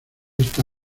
esta